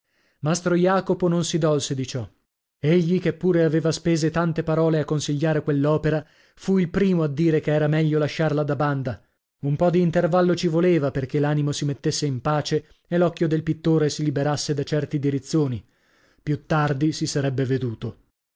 mastro jacopo non si dolse di ciò egli che pure aveva spese tante parole a consigliare quell'opera fu il primo a dire che era meglio lasciarla da banda un po di intervallo ci voleva perchè l'animo si mettesse in pace e l'occhio del pittore si liberasse da certi dirizzoni più tardi si sarebbe veduto